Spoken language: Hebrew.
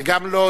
זה גם לא,